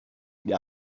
die